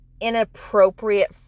inappropriate